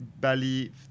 Bali